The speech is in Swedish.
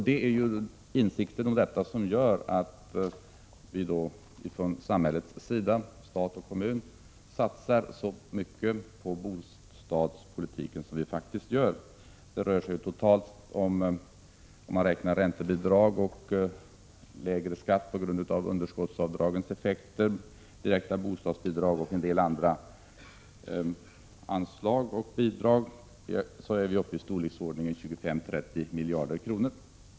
Det är insikten om detta som gör att vi från samhällets sida, stat och kommun, satsar så mycket på bostadspolitiken som vi faktiskt gör. Om man räknar räntebidrag och lägre skatt på grund av underskottsavdragens effekter, direkta bostadsbidrag och en del andra anslag och bidrag, kommer man totalt upp i 25—30 miljarder kronor.